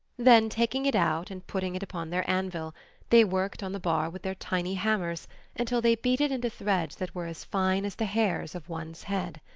then taking it out and putting it upon their anvil they worked on the bar with their tiny hammers until they beat it into threads that were as fine as the hairs of one's head.